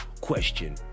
question